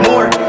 More